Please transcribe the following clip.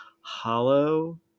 hollow